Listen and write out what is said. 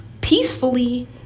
peacefully